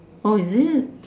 oh is it